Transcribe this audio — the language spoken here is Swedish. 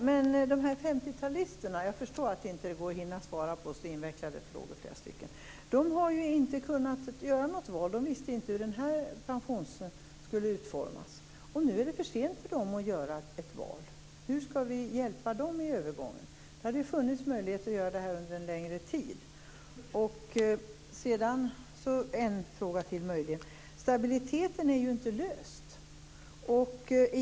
Herr talman! Jag förstår att det inte finns tid till att svara på alla invecklade frågor. Men 50-talisterna har inte kunnat göra något val. De visste inte hur detta pensionssystem skulle utformas. Nu är det för sent för dem att göra ett val. Hur skall vi hjälpa dem i övergången? Det har funnits möjlighet att hjälpa dem en längre tid. Frågan om stabiliteten är inte löst.